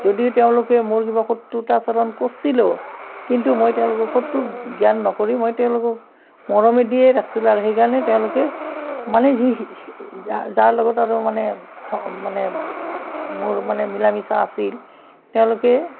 যদিও তেওঁলোকে মোৰ কিবা শত্ৰুতাচৰণ কৰছিলো কিন্তু মই তেওঁলোকক শত্ৰু জ্ঞান নকৰি মই তেওঁলোকক মৰমেদিয়ে ৰাখছিলোঁ আৰু সেইকাৰণে তেওঁলোকে মানে যি যাৰ যাৰ লগত আৰু মানে মানে মোৰ মানে মিলা মিছা আছিল তেওঁলোকে